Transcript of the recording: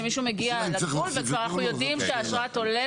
כשמישהו מגיע לגבול ואנחנו יודעים שאשרת עולה,